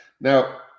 now